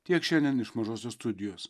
tiek šiandien iš mažosios studijos